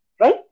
right